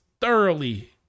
thoroughly